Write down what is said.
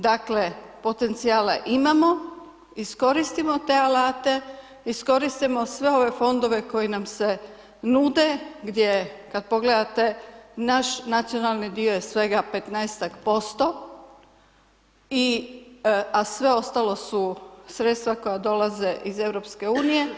Dakle, potencijale imamo, iskoristimo te alate, iskoristimo sve ove Fondove koji nam se nude, gdje, kad pogledate, naš nacionalni dio je svega 15-tak%, a sve ostalo su sredstva koja dolaze iz EU.